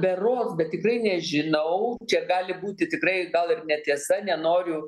berods bet tikrai nežinau čia gali būti tikrai gal ir netiesa nenoriu